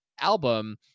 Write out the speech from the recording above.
album